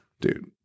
Dude